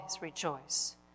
rejoice